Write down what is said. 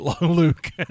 Luke